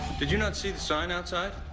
did you not see the sign outside?